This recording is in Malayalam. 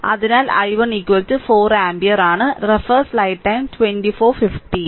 അതിനാൽ i1 4 ആമ്പിയർ